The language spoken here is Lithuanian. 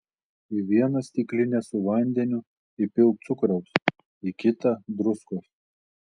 į vieną stiklinę su vandeniu įpilk cukraus į kitą druskos